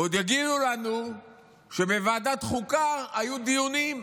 ועוד יגידו לנו שבוועדת חוקה היו דיונים.